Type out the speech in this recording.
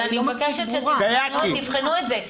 אז אני מבקשת שתבחנו את זה,